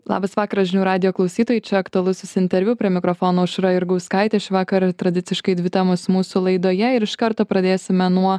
labas vakaras žinių radijo klausytojai čia aktualusis interviu prie mikrofono aušra jurgauskaitė šįvakar tradiciškai dvi temos mūsų laidoje ir iš karto pradėsime nuo